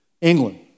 England